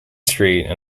street